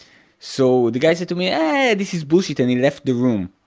so the guy said to me ehhhh, this is bullshit, and he left the room.